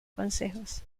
consejos